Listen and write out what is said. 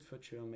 future